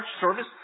service